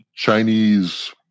Chinese